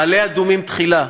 "מעלה-אדומים תחילה".